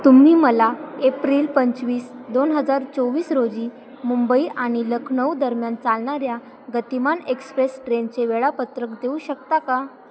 तुम्ही मला एप्रिल पंचवीस दोन हजार चोवीस रोजी मुंबई आणि लखनऊदरम्यान चालणाऱ्या गतिमान एक्सप्रेस ट्रेनचे वेळापत्रक देऊ शकता का